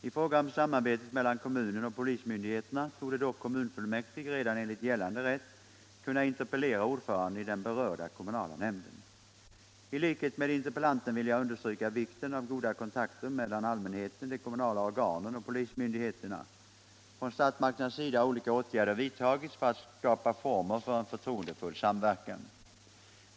I fråga om samarbetet mellan kommunen och polismyndigheterna torde dock kommunfullmäktig redan enligt gällande rätt kunna interpellera ordföranden i den berörda kommunala nämnden. I likhet med interpellanten vill jag understryka vikten av goda kontakter mellan allmänheten, de kommunala organen och polismyndigheterna. Från statsmakternas sida har olika åtgärder vidtagits för att skapa former för en förtroendefull samverkan.